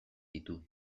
ditu